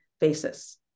basis